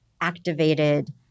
activated